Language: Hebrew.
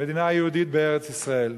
מדינה יהודית בארץ-ישראל.